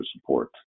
support